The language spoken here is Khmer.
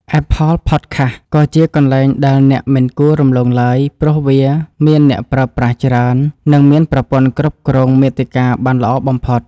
អែបផលផតខាស ក៏ជាកន្លែងដែលអ្នកមិនគួររំលងឡើយព្រោះវាមានអ្នកប្រើប្រាស់ច្រើន និងមានប្រព័ន្ធគ្រប់គ្រងមាតិកាបានល្អបំផុត។